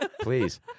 Please